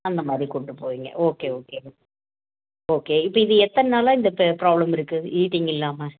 அந்த மாதிரி கூட்டிப் போவீங்க ஓகே ஓகே ஓகே இது இது எத்தனை நாளாக இந்த ப்ராப்ளம் இருக்குது ஈட்டிங் இல்லாமல்